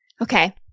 Okay